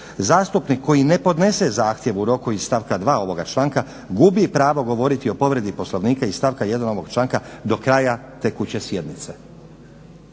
Zastupnik koji ne podnese zahtjev u roku iz stavka dva ovoga članka gubi pravo govoriti o povredi Poslovnika iz stavka jedan ovoga članka do kraja tekuće sjednice."